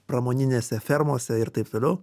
pramoninėse fermose ir taip toliau